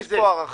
יש פה הארכה.